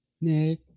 Nick